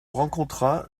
rencontra